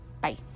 Bye